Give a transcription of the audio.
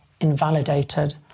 invalidated